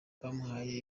bamuhaye